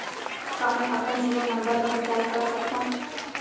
का मैं अपन जीयो नंबर म रिचार्ज कर सकथव?